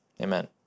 Amen